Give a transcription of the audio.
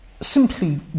simply